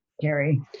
Gary